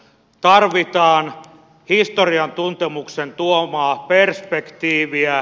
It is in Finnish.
tarvitaan historian tuntemuksen tuomaa perspektiiviä